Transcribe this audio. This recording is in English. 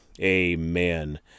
amen